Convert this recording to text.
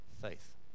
faith